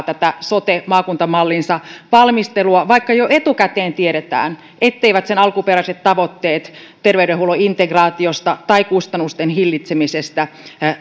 tätä sote maakuntamallinsa valmistelua vaikka jo etukäteen tiedetään etteivät sen alkuperäiset tavoitteet terveydenhuollon integraatiosta tai kustannusten hillitsemisestä